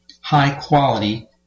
high-quality